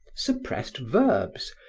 suppressed verbs,